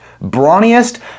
brawniest